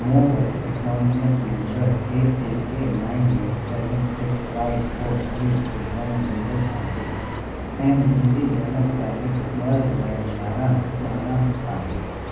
मूं वटि acknowledgement number A C K nine eight seven six five four three two one zero आहे ऐं मुंहिंजी जनम तारीख़ु ॿ हज़ार यारहं ॿारहं आहे